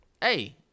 hey